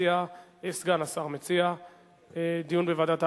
סגן השר מציע דיון בוועדת העבודה,